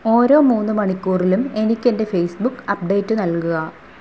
ഓരോ മൂന്ന് മണിക്കൂറിലും എനിക്ക് എന്റെ ഫേസ്ബുക്ക് അപ്ഡേറ്റ് നൽകുക